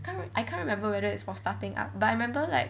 can't I can't remember whether it's for starting up but I remember like